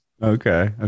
Okay